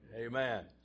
Amen